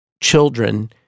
children